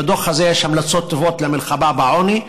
בדוח הזה יש המלצות טובות למלחמה בעוני,